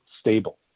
stable